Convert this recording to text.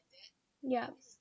yup